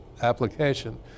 application